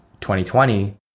2020